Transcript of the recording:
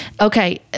okay